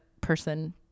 person